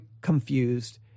confused